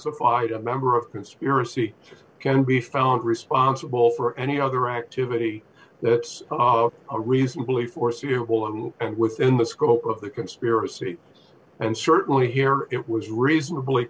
supplied a member of a conspiracy can be found responsible for any other activity that's a reasonably foreseeable and within the scope of the conspiracy and certainly here it was reasonably